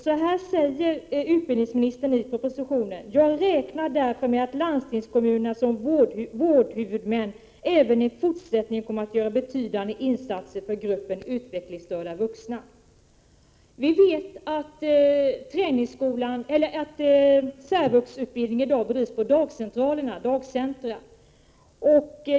Så här säger utbildningsministern i propositionen: ”Jag räknar därför med att landstingskommunerna som vårdhuvudmän även i fortsättningen kommer att göra betydande insatser för gruppen utvecklingsstörda vuxna.” Vi vet att särvuxutbildning i dag bedrivs på dagcentra.